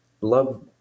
love